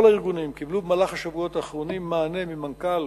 כל הארגונים קיבלו במהלך השבועות האחרונים מענה ממנכ"ל